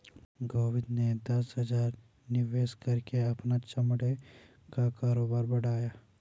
गोविंद ने दस हजार निवेश करके अपना चमड़े का कारोबार बढ़ाया